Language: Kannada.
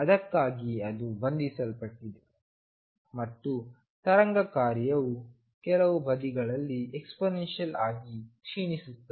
ಅದಕ್ಕಾಗಿಯೇ ಅದು ಬಂಧಿಸಲ್ಪಟ್ಟಿದೆ ಮತ್ತು ತರಂಗ ಕಾರ್ಯವು ಎರಡು ಬದಿಗಳಲ್ಲಿ ಎಕ್ಸ್ಪೋನೆಂಶಿಯಲ್ ಆಗಿ ಕ್ಷೀಣಿಸುತ್ತಿದೆ